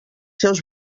seus